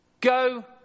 Go